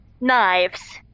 Knives